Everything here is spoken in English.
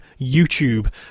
YouTube